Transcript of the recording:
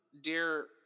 dear